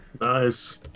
Nice